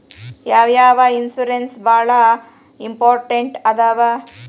ಯಾವ್ಯಾವ ಇನ್ಶೂರೆನ್ಸ್ ಬಾಳ ಇಂಪಾರ್ಟೆಂಟ್ ಅದಾವ?